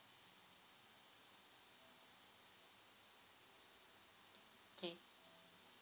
okay